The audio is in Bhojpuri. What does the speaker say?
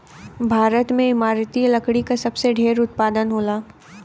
भारत में इमारती लकड़ी क सबसे ढेर उत्पादन होला